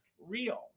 real